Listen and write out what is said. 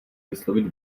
vyslovit